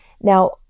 Now